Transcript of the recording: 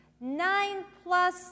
nine-plus